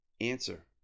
Answer